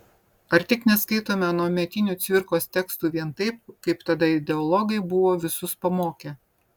ar tik neskaitome anuometinių cvirkos tekstų vien taip kaip tada ideologai buvo visus pamokę